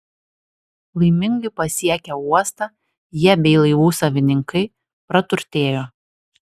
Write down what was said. laimingai pasiekę uostą jie bei laivų savininkai praturtėjo